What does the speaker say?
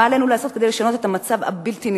מה עלינו לעשות כדי לשנות את המצב הבלתי-נסבל,